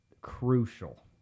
crucial